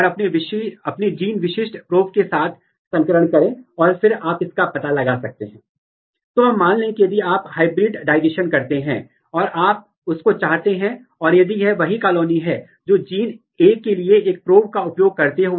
यदि आप WOX11 को नीचे खींचते हैं तो आप ERF3 का पता लगा सकते हैं और यह पता लगाने का इन विट्रो तरीका है और यहां आप देख सकते हैं कि या तो आप एंटी जीएसटी का उपयोग करते हैं या anti His दोनों मामलों में आप बैंड का पता लगा सकते हैं